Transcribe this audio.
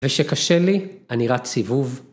ושקשה לי, אני רץ סיבוב.